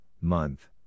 month